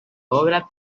obra